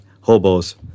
hobos